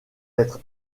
être